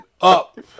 up